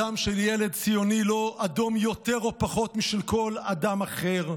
הדם של ילד ציוני לא אדום יותר או פחות משל כל אדם אחר.